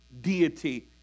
deity